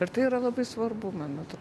ir tai yra labai svarbu man atrodo